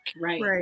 right